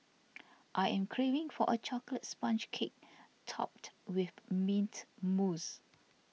I am craving for a Chocolate Sponge Cake Topped with Mint Mousse